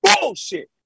bullshit